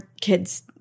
kids